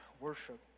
worship